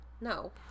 no